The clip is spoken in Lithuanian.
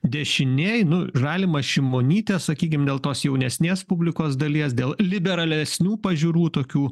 dešinėj nu žalimas šimonytė sakykim dėl tos jaunesnės publikos dalies dėl liberalesnių pažiūrų tokių